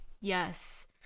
yes